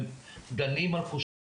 דנים על קושיות